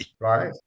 right